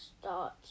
start